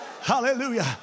Hallelujah